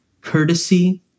courtesy